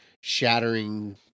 shattering